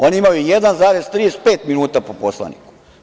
Oni imaju 1,35 minuta po poslaniku.